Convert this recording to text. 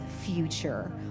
future